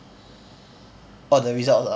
orh the results ah